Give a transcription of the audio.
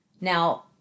now